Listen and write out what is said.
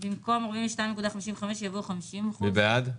במקום 42.55 יבוא 50%. מי בעד?